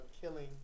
killing